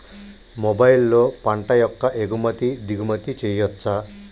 మొబైల్లో పంట యొక్క ఎగుమతి దిగుమతి చెయ్యచ్చా?